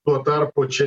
tuo tarpu čia